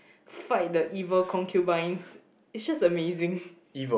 fight the evil concubines it's just amazing